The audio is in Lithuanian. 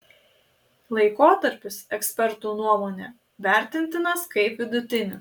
laikotarpis ekspertų nuomone vertintinas kaip vidutinis